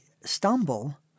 stumble